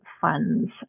funds